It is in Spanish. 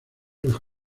los